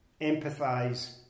empathise